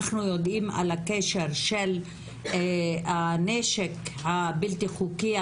אנחנו יודעים על הקשר של הנשק הבלתי חוקי,